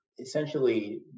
essentially